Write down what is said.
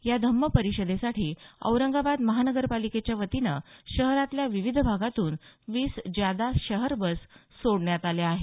या धम्म परिषदेसाठी औरंगाबाद महानगरपालिकेच्या वतीनं शहरातल्या विविध भागातून वीस ज्यादा शहर बस सोडण्यात आल्या आहेत